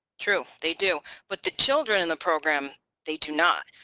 true they do but the children in the program they do not.